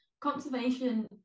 conservation